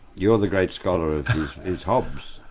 you're the great scholar of hobbes.